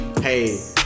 Hey